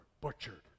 butchered